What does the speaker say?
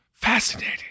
fascinating